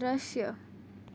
દૃશ્ય